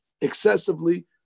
excessively